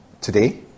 today